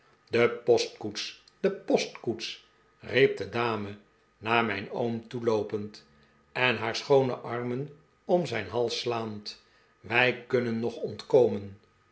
de postkoets de postkoets riep de dame naar mijn oom toeloopend en haar schoone armen om zijn hals slaand wij kunnen nog ontkomen